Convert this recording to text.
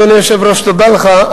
אדוני היושב-ראש, תודה לך.